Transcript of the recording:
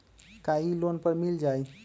का इ लोन पर मिल जाइ?